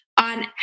on